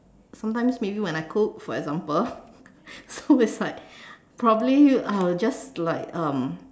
sometimes maybe when I cook for example so it's like probably I'll just like um